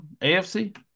AFC